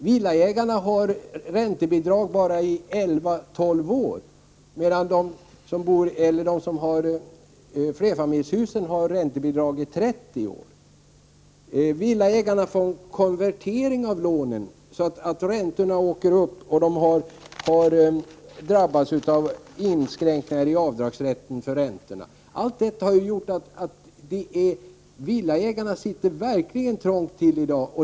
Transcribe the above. Villaägarna har nu räntebidrag i bara 11-12 år, medan de som har flerfamiljshus har räntebidrag i 30 år. Villaägare får en konvertering av lånen, så att räntorna åker upp, och de drabbas av inskränkningar i rätten till avdrag för räntorna. Allt detta har gjort att villaägarna verkligen sitter trångt idag.